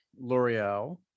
l'oreal